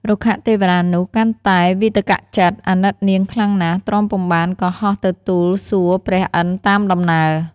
រុក្ខទេវតានោះកាន់តែវិតក្កចិត្ដ អាណិតនាង ខ្លាំងណាស់ ទ្រាំពុំបានក៏ហោះទៅទូលសួរព្រះឥន្ធតាមដំណើរ។